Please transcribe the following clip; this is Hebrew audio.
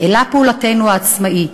אלא פעולתנו העצמאית".